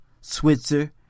Switzer